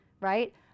right